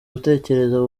gutekereza